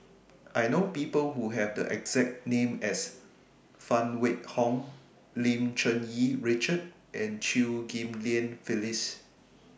I know People Who Have The exact name as Phan Wait Hong Lim Cherng Yih Richard and Chew Ghim Lian Phyllis